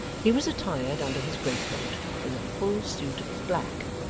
he was attired, under his greatcoat, in a full suit of black,